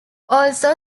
also